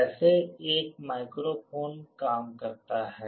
ऐसे एक माइक्रोफोन काम करता है